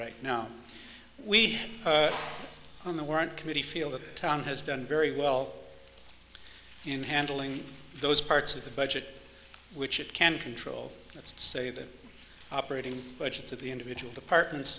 right now we are on the weren't committee feel that the town has done very well in handling those parts of the budget which it can control let's say the operating budgets of the individual departments